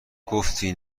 گفتی